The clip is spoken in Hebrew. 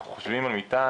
אנחנו חושבים על מיטה,